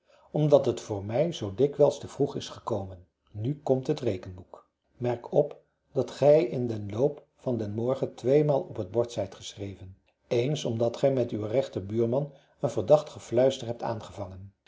omdat het voor mij zoo dikwijls te vroeg is gekomen nu komt het rekenboek merk op dat gij in den loop van den morgen tweemaal op t bord zijt geschreven eens omdat gij met uw rechter buurman een verdacht gefluister hebt aangevangen